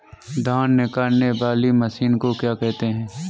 धान निकालने वाली मशीन को क्या कहते हैं?